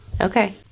Okay